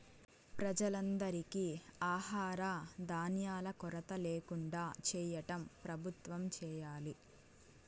ప్రజలందరికీ ఆహార ధాన్యాల కొరత ల్యాకుండా చేయటం ప్రభుత్వం చేయాలి